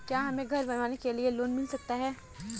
क्या हमें घर बनवाने के लिए लोन मिल सकता है?